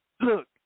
Look